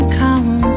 come